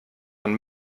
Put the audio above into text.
man